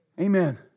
Amen